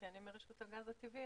כי אני מרשות הגז הטבעי,